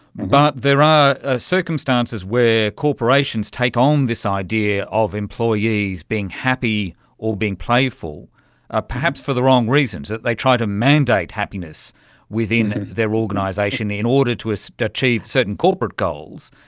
but there are ah circumstances where corporations take on um this idea of employees being happy or being playful ah perhaps for the wrong reasons, that they tried to mandate happiness within their organisation in order to so to achieve certain corporate goals.